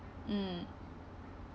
mm